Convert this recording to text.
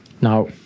Now